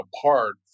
apart